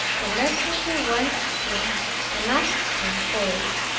the messenger went to him and asked him for it.